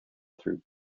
through